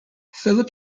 phillip